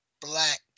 black